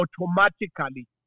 automatically